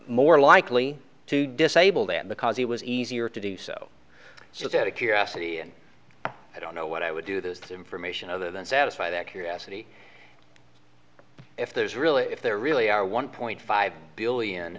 more likely to disable them because it was easier to do so so that a curiosity and i don't know what i would do the information other than satisfy their curiosity if there's really if there really are one point five billion